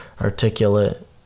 articulate